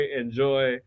enjoy